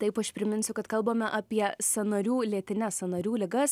taip aš priminsiu kad kalbame apie sąnarių lėtines sąnarių ligas